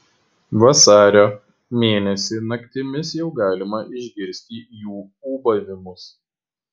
vasario mėnesį naktimis jau galima išgirsti jų ūbavimus